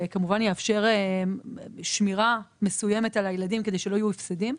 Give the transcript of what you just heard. וכמובן יאפשר שמירה מסוימת על הילדים כדי שלא יהיו הפסדים.